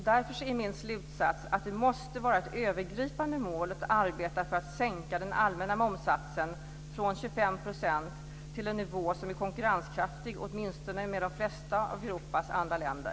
Därför är min slutsats att det måste vara ett övergripande mål att arbeta för att sänka den allmänna momssatsen från 25 % till en nivå som är konkurrenskraftig med åtminstone de flesta av Europas andra länder.